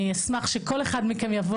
אני אשמח שכל אחד מכם יבוא לביקור.